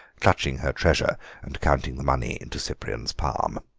clutching her treasure and counting the money into cyprian's palm.